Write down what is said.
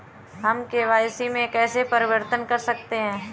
हम के.वाई.सी में कैसे परिवर्तन कर सकते हैं?